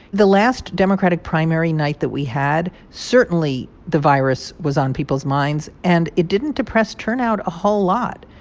the last democratic primary night that we had, certainly the virus was on people's minds. and it didn't depress turnout a whole lot.